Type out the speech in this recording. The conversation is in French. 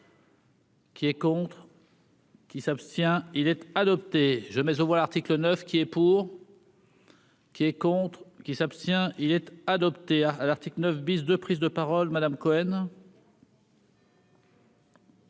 Qui est contre. Qui s'abstient-il être adopté je mais on voit l'article 9 qui est pour. Qui est contre. Qui s'abstient-il être adopté à à l'article 9 bis de prise de parole Madame Cohen.